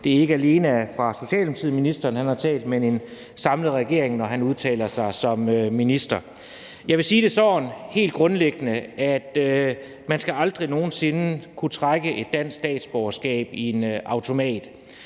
at det ikke alene er for Socialdemokratiet, ministeren har talt, men for en samlet regering, når han udtaler sig som minister. Jeg vil sige det sådan helt grundlæggende, at man aldrig nogen sinde skal kunne trække et dansk statsborgerskab i en automat,